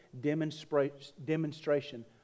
demonstration